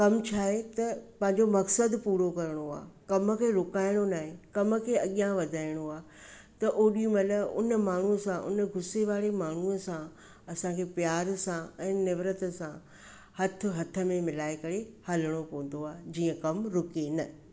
कमु छा आहे त पंहिंजो मक़सदु पूरो करणो आहे कम खे रुकाइणो न आहे कम खे अॻियां वधाइणो आहे त ओॾी महिल उन माण्हूअ सां उन गुसे वारे माण्हूअ सां असांखे प्यार सां ऐं निविड़त सां हथ हथ में मिलाइ करे हलणो पवंदो आहे जीअं कमु रुके न